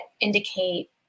indicate